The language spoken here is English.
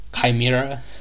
Chimera